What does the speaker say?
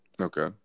Okay